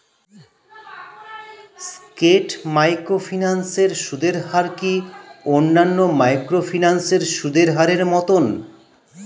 স্কেট microfinance এর সুদের হার কি অন্যান্য মাইক্রোফিন্যান্স এর সুদের হারের মতন?